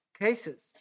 cases